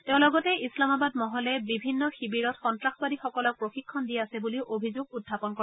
তেওঁ লগতে ইছলামাবাদ মহলে বিভিন্ন শিবিৰত সন্তাসবাদীসকলক প্ৰশিক্ষণ দি আছে বুলিও অভিযোগ উখাপন কৰে